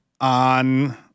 on